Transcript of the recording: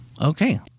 Okay